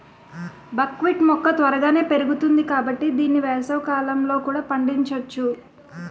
బక్ wheat మొక్క త్వరగానే పెరుగుతుంది కాబట్టి దీన్ని వేసవికాలంలో కూడా పండించొచ్చు